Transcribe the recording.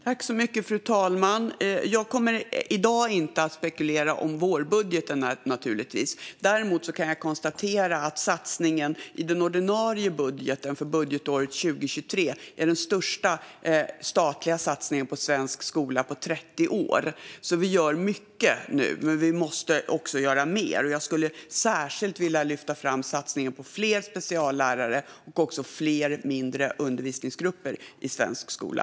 Fru talman! Jag kommer inte i dag att spekulera om vårbudgeten, naturligtvis. Däremot kan jag konstatera att satsningen i den ordinarie budgeten för budgetåret 2023 är den största statliga satsningen på svensk skola på 30 år. Vi gör mycket nu, men vi måste göra mer. Jag skulle särskilt vilja lyfta fram satsningen på fler speciallärare och fler mindre undervisningsgrupper i svensk skola.